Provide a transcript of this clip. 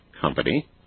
company